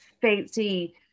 fancy